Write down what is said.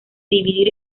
dividir